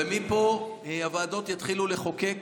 ומפה הוועדות יתחילו לחוקק